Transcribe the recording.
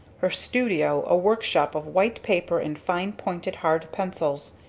her studio a workshop of white paper and fine pointed hard pencils,